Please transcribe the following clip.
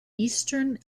eastern